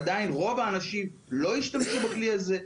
עדיין רוב האנשים לא השתמשו בכלי הזה,